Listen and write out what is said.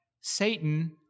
Satan